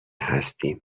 هستیم